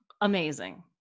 amazing